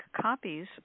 copies